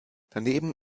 daneben